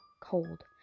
Cold